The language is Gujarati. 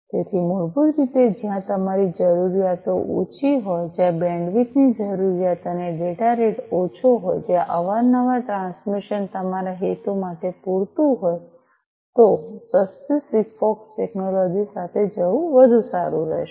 તેથી મૂળભૂત રીતે જ્યાં તમારી જરૂરિયાતો ઓછી હોય જ્યાં બેન્ડવિડ્થ ની જરૂરિયાત અને ડેટા રેટ ઓછો હોય જ્યાં અવારનવાર ટ્રાન્સમિશન તમારા હેતુ માટે પૂરતું હોય તો સસ્તી સિગફોક્સ ટેક્નોલોજી સાથે જવું વધુ સારું રહેશે